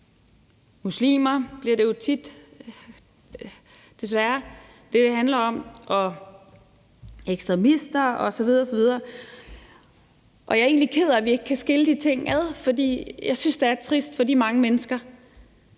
muslimer. Sådan bliver det jo tit, desværre. Det handler om ekstremister osv. osv. Og jeg er egentlig ked af, at vi ikke kan skille de ting ad, for jeg synes, det er trist for de mange mennesker,